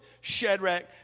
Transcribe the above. Shadrach